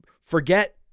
forget